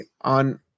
on